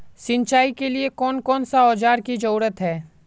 सिंचाई के लिए कौन कौन से औजार की जरूरत है?